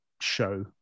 show